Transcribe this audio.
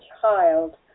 child